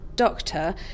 doctor